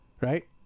Right